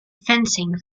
fencing